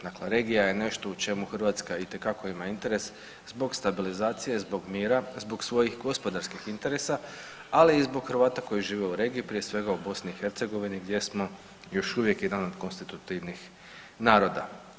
Dakle, regija je nešto u čemu Hrvatska itekako ima interes zbog stabilizacije, zbog mjera, zbog svojih gospodarskih interesa, ali i zbog Hrvata koji žive u regiji prije svega u BiH gdje smo još uvijek jedan od konstitutivnih naroda.